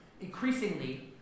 Increasingly